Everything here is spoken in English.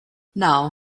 now